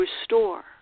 restore